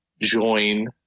join